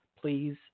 Please